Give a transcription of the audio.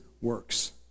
works